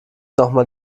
nochmal